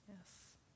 yes